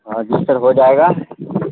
ہاں جی سر ہو جائے گا